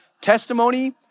testimony